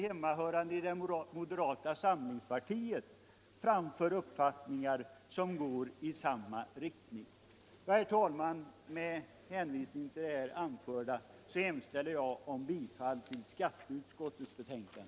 Herr talman! Med hänvisning till det anförda hemställer jag om bifall till skatteutskottets hemställan.